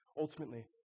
Ultimately